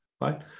right